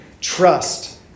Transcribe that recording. trust